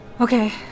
Okay